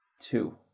Two